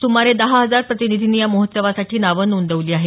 सुमारे दहा हजार प्रतिनिधींनी या महोत्सवासाठी नावं नोंदवली आहेत